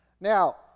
Now